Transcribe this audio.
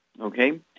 okay